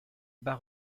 bas